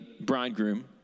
bridegroom